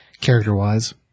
Character-wise